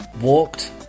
Walked